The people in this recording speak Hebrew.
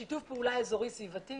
שיתוף פעולה אזורי סביבתי.